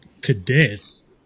Cadets